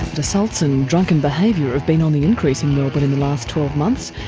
assaults and drunken behaviour have been on the increase in melbourne in the last twelve months,